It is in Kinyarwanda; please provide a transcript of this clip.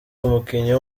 umukinnyi